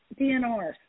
DNRs